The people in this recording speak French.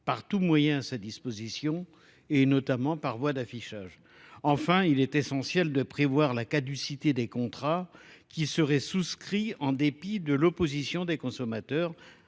par tout moyen à sa disposition et notamment par voie d'affichage. Enfin, il est essentiel de prévoir la caducité des contrats qui seraient souscrits en dépit de l'opposition des consommateurs